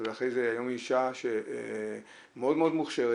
היום היא אישה מאוד מאוד מוכשרת,